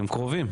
אתם קרובים.